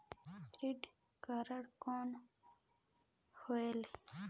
Credit card कौन होएल?